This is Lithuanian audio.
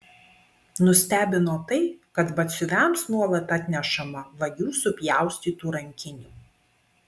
nustebino tai kad batsiuviams nuolat atnešama vagių supjaustytų rankinių